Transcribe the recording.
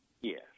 Yes